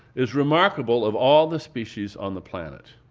is remarkable of all the species on the planet.